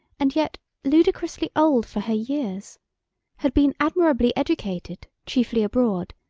and yet ludicrously old for her years had been admirably educated, chiefly abroad,